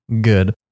good